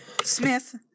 Smith